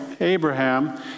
Abraham